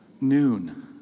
Noon